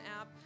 app